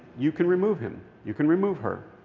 you can remove him. you can remove her.